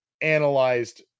analyzed